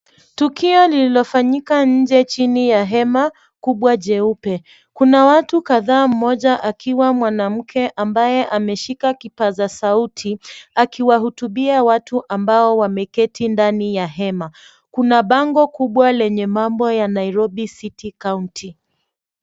Tukio lililofanyika nje chini ya hema kubwa jeupe. Kuna watu kadhaa mmoja akiwa mwanamke ambaye ameshika kipaza sauti, akiwahutubia watu ambao wameketi ndani ya hema. Kuna bango kubwa lenye mambo ya Nairobi City County.